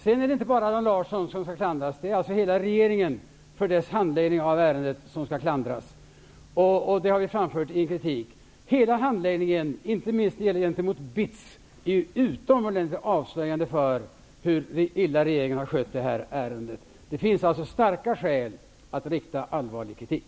Sedan är det inte bara Allan Larsson som skall klandras, utan hela regeringen skall klandras för handläggningen av ärendet, och det har vi framfört. Hela handläggningen, inte minst gentemot BITS, är utomordentligt avslöjande för hur illa regeringen har skött ärendet. Det finns alltså starka skäl att rikta allvarlig kritik.